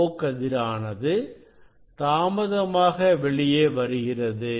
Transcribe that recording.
O கதிரானது தாமதமாக வெளியே வருகிறது